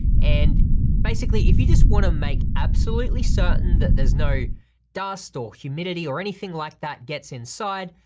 and basically if you just wanna make absolutely certain that there's no dust or humidity or anything like that gets inside,